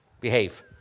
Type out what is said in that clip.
behave